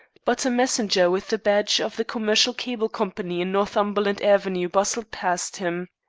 but a messenger with the badge of the commercial cable company in northumberland avenue bustled past him.